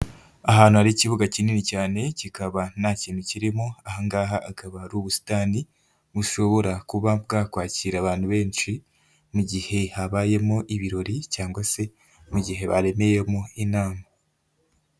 Ahantu hari ikibuga kinini cyane, kikaba ntakintu kirimo, aha ngaha akaba ari ubusitani bushobora kuba bwakwakira abantu benshi mu gihe habayemo ibirori cyangwa se mu gihe baremeyemo inama.